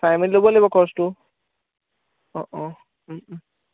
চাই মেলি ল'ব লাগিব ক'জটো অঁ অঁ